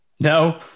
No